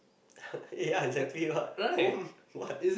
ya exactly what home what